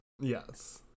Yes